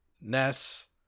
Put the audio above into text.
Ness